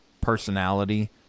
personality